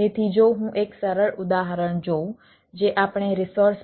તેથી જો હું એક સરળ ઉદાહરણ જોઉં જે આપણે રિસોર્સ